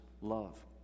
love